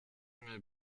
mir